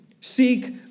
Seek